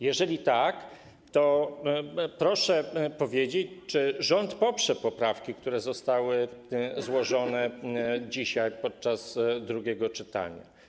Jeżeli tak, to proszę powiedzieć, czy rząd poprze poprawki, które zostały złożone dzisiaj podczas drugiego czytania.